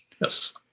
Yes